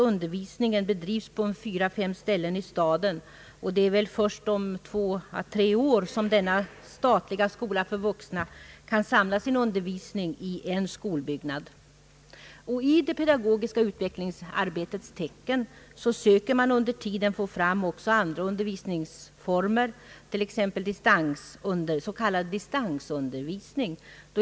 Undervisningen bedrivs på fyra eller fem ställen i staden, och det är först om två å tre år som denna statliga skola för vuxna kan samla sin undervisning i en skolbyggnad. I det pedagogiska utvecklingsarbetets tecken söker man under tiden få fram även andra undervisningsformer, t.ex. s.k. distansundervisning.